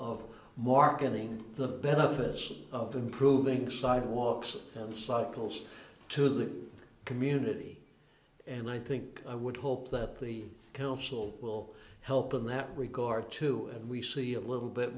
of marketing the better others of improving sidewalks cycles to the community and i think i would hope that the council will help in that regard to and we see a little bit